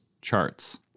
charts